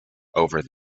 over